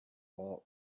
all